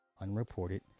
unreported